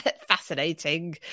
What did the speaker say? fascinating